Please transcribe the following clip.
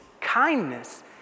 kindness